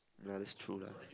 ya that's true lah